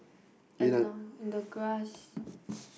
and now in the grass